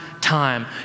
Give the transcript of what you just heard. time